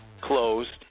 closed